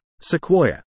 Sequoia